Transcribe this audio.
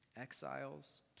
Exiles